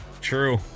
True